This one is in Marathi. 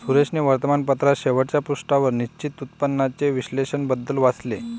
सुरेशने वर्तमानपत्राच्या शेवटच्या पृष्ठावर निश्चित उत्पन्नाचे विश्लेषण बद्दल वाचले